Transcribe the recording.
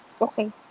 Okay